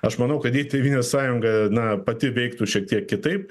aš manau kad jei tėvynės sąjunga na pati veiktų šiek tiek kitaip